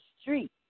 street